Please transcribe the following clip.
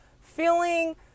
Feeling